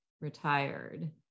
retired